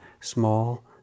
small